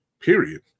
Period